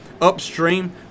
upstream